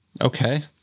Okay